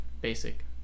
Basic